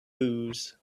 booze